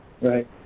Right